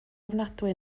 ofnadwy